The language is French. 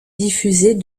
diffusée